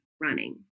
running